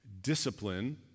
discipline